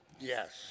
Yes